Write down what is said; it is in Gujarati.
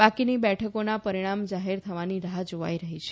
બાકીની બેઠકોના પરીણામો જાહેર થવાની રાહ જોવાઇ રહી છે